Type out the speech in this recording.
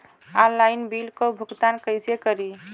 Online bill क भुगतान कईसे करी?